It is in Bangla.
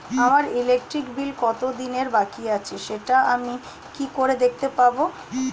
আমার ইলেকট্রিক বিল কত দিনের বাকি আছে সেটা আমি কি করে দেখতে পাবো?